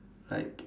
like